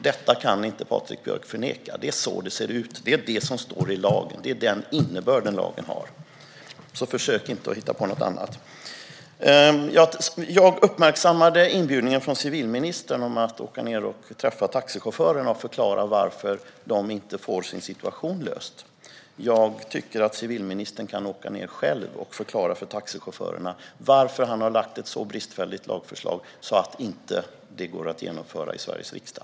Det kan du inte förneka, Patrik Björck. Det är så det ser ut. Det är vad som står i lagen. Det är denna innebörd lagen har, så försök inte hitta på något annat! Jag uppmärksammade civilministerns inbjudan att åka ned och träffa taxichaufförerna och förklara varför de inte får sin situation löst. Jag tycker att civilministern kan åka ned själv och förklara för taxichaufförerna varför han har lagt fram ett så bristfälligt lagförslag att det inte går att genomföra i Sveriges riksdag.